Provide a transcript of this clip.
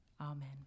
Amen